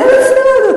תלוי באיזו שעה ביום.